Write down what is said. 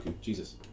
Jesus